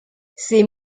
ces